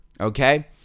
okay